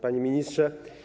Panie Ministrze!